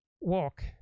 walk